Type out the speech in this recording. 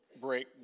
break